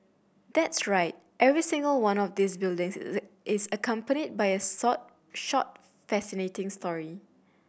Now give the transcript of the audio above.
that's right every single one of these buildings is accompanied by a sort short fascinating story